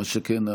מה שכן,